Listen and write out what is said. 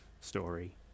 story